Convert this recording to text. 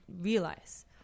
realize